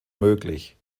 möglich